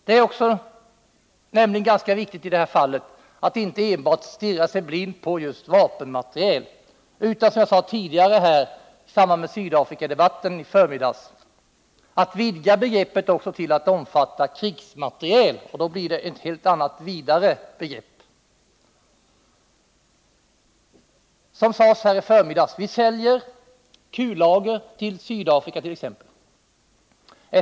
Det är nämligen i det här fallet viktigt att inte stirra sig blind på just vapenmateriel, utan — som jag sade tidigare i samband med Sydafrikadebatten i förmiddags — vidga begreppet till att också omfatta krigsmateriel. Som det sades i förmiddags säljer vi kullager till Sydafrika.